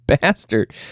bastard